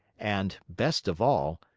and, best of all,